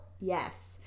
Yes